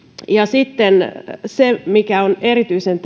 ja sitten se mikä on erityisen